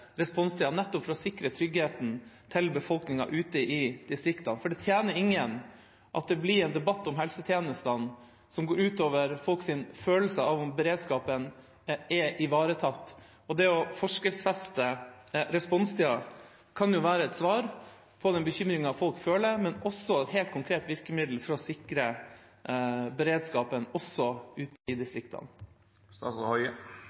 nettopp for å sikre tryggheten til befolkningen ute i distriktene. For det tjener ingen at det blir en debatt om helsetjenestene som går ut over folks følelse av at beredskapen er ivaretatt. Det å forskriftsfeste responstida kan være et svar på den bekymringen folk føler, men også et helt konkret virkemiddel for å sikre beredskapen også